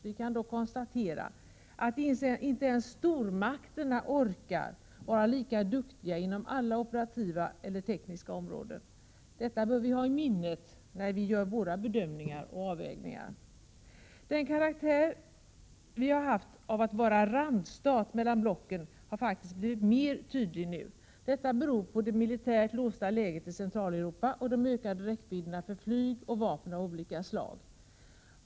Vi kan dock konstatera att inte ens stormakterna orkar fortsätta att vara så duktiga på alla operativa eller tekniska områden. Detta bör vi ha i minnet när vi gör våra bedömningar. Vår karaktär av randstat, så att säga, mellan blocken har faktiskt blivit mer tydlig nu. Detta beror på det militärt låsta läget i Centraleuropa och de ökande räckvidderna för flygplan och vapen av olika slag.